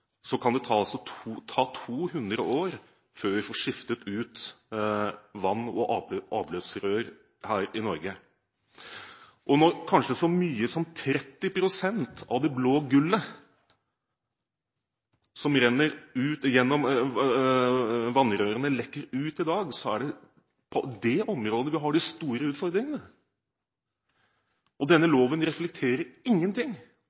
kan det ta 200 år før vi får skiftet ut vann- og avløpsrør her i Norge. Når kanskje så mye som 30 pst. av det blå gullet som renner ut gjennom vannrørene, lekker ut i dag, er det på det området vi har de store utfordringene. Denne loven reflekterer ingenting